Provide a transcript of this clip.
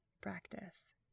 practice